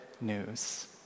news